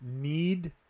need